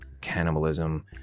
cannibalism